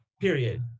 Period